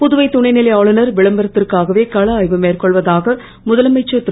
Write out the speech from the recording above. புதுவை துணைநிலை ஆளுனர் விளம்பரத்திற்காகவே கள ஆய்வு மேற்கொள்வதாக முதலமைச்சர் திரு